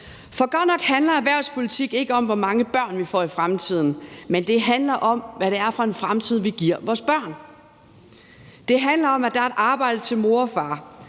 Godt nok handler erhvervspolitik ikke om, hvor mange børn vi får i fremtiden, men det handler om, hvad det er for en fremtid, vi giver vores børn. Det handler om, at der er et arbejde til mor og far,